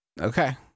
Okay